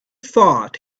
thought